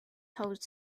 told